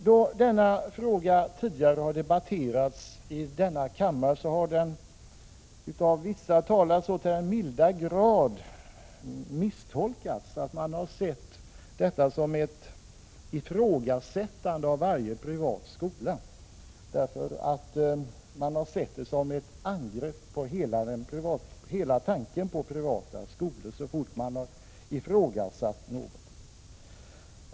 Då denna fråga debatterats tidigare i denna kammare har detta av vissa talare så till den milda grad misstolkats att man sett det som ett ifrågasättande av varje privat skola, ett angrepp på hela tanken på privata skolor.